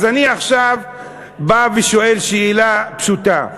אז אני עכשיו בא ושואל שאלה פשוטה: